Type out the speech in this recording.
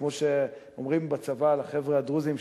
כמו שאומרים בצבא על החבר'ה הדרוזים,